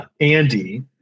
Andy